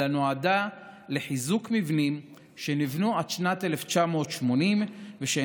אלא נועדה לחיזוק מבנים שנבנו עד שנת 1980 ושאינם